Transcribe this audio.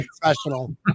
professional